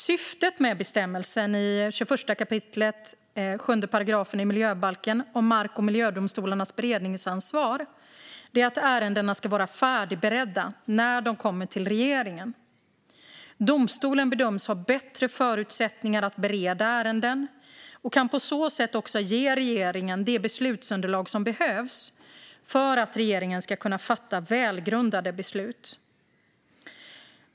Syftet med bestämmelsen i 21 kap. 7 § miljöbalken om mark och miljödomstolarnas beredningsansvar är att ärendena ska vara färdigberedda när de kommer till regeringen. Domstolen bedöms ha bättre förutsättningar att bereda ärenden och kan på så sätt ge regeringen det beslutsunderlag som behövs för att regeringen ska kunna fatta välgrundade beslut.